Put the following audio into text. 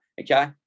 okay